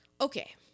Okay